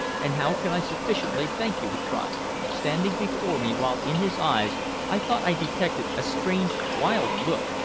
and how can i sufficiently thank you? he cried, standing before me, while in his eyes i thought i detected a strange wild look,